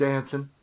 Dancing